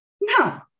no